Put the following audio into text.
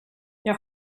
jag